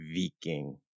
Viking